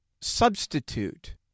substitute